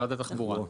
משרד התחבורה.